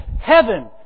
Heaven